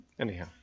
Anyhow